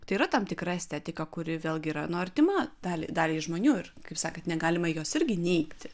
tai yra tam tikra estetika kuri vėlgi yra nu artima da daliai žmonių ir kaip sakant negalima jos irgi neigti